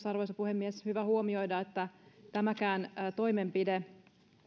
arvoisa puhemies hyvä huomioida että tämäkään toimenpide